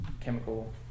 chemical